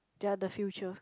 they are the future